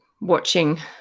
watching